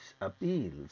appeals